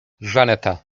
żaneta